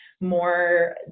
more